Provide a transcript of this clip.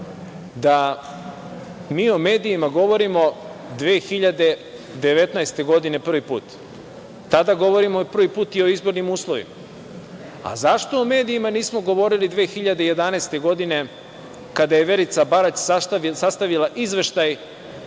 da mi o medijima govorimo 2019. godine prvi put. Tada govorimo prvi put i o izbornim uslovima. Zašto o medijima nismo govorili 2011. godine kada je Verica Barać sastavila izveštaj